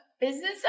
Business